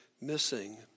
missing